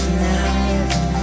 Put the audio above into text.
now